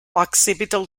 occipital